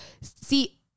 See